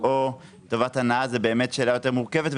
או טובת הנאה זה באמת שאלה יותר מורכבת,